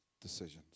decisions